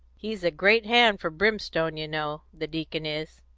he's a great hand for brimstone, you know, the deacon is.